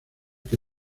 que